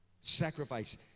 Sacrifice